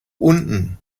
unten